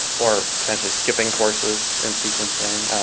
or, potentially, skipping courses in sequencing.